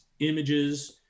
images